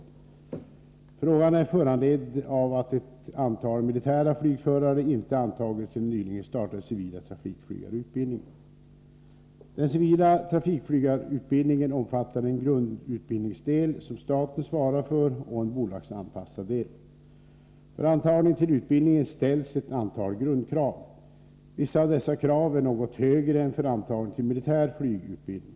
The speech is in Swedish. Frågan är föranledd av att ett antal militära flygförare inte antagits till den nyligen startade civila trafikflygarutbildningen. Den civila trafikflygutbildningen omfattar en grundutbildningsdel, som staten svarar för, och en bolagsanpassad del. För antagning till utbildningen ställs ett antal grundkrav. Vissa av dessa krav är något högre än för antagning till militär flygutbildning.